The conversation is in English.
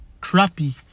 crappy